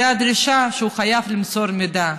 זאת הדרישה, הוא חייב למסור מידע.